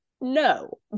no